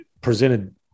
presented